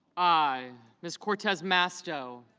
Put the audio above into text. i. this cortez musto